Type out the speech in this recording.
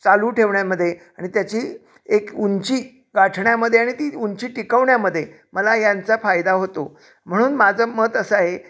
चालू ठेवण्यामध्ये आणि त्याची एक उंची गाठण्यामध्ये आणि ती उंची टिकवण्यामध्ये मला यांचा फायदा होतो म्हणून माझं मत असं आहे